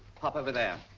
pop over there.